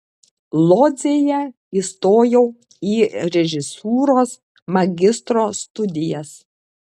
lodzėje įstojau į režisūros magistro studijas